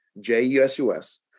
J-U-S-U-S